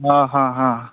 ଆ ହାଁ ହାଁ